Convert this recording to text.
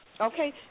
okay